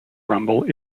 rumble